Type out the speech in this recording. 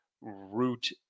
root